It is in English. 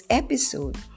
episode